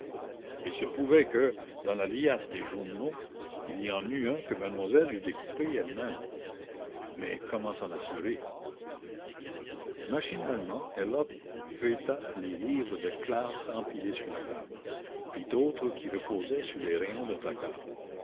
il se pouvait que dans la liasse des journaux il y en eut un que mademoiselle eût découpé elle-même mais comment s'en assurer machinalement herlock feuilleta les livres de classe empilés sur la table puis d'autres qui reposaient sur les rayons d'un placard